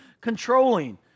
controlling